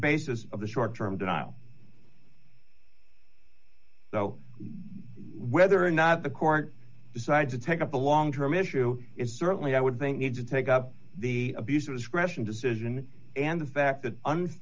basis of the short term denial so whether or not the court decides to take up a long term issue is certainly i would they need to take up the abuse of discretion decision and the fact that